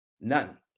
None